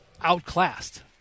outclassed